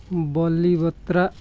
ବଲି ଭତ୍ରା